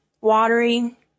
watery